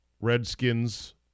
Redskins